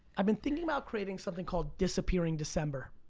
i've been thinking about creating something called disappearing december,